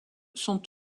sont